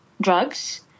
drugs